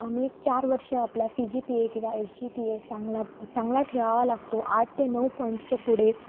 अनेक चार वर्ष आपला सी जी पी ए किंवा एस जी पी ए चांगला चांगला ठेवावा लागतो आठ ते नऊ पॉईंटच्या पुढे